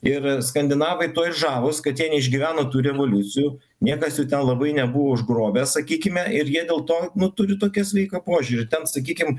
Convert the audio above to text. ir skandinavai tuo ir žavūs kad jie neišgyveno tų revoliucijų niekas jų ten labai nebuvo užgrobę sakykime ir jie dėl to nu turi tokia sveiką požiūrį ten sakykim